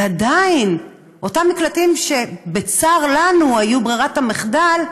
ועדיין, אותם מקלטים, שבצר לנו היו ברירת המחדל,